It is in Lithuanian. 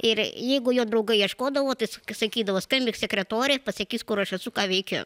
ir jeigu jo draugai ieškodavo tai sakydavo skambink sekretorei pasakys kur aš esu ką veikiu